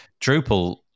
Drupal